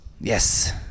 Yes